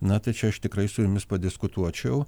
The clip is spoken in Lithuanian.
na tai čia aš tikrai su jumis padiskutuočiau